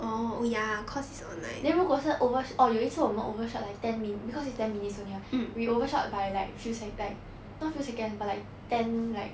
then 如果是 over orh 有一次我们 overshot like ten minute because it's ten minutes only [what] we overshot by like few sec~ like not few seconds but like ten like